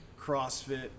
CrossFit